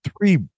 three